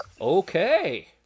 Okay